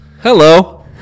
Hello